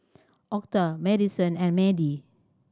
Octa Madyson and Madie